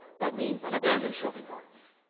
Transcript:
that means an abandoned shopping cart.